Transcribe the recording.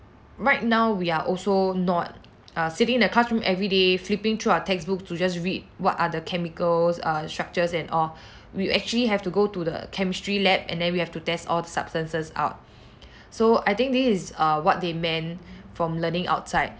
right now we are also not uh sitting in the classroom everyday flipping through our textbook to just read what are the chemicals uh structures and all we actually have to go to the chemistry lab and then we have to test all the substances out so I think this is err what they meant from learning outside